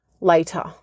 later